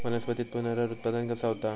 वनस्पतीत पुनरुत्पादन कसा होता?